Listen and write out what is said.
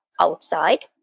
outside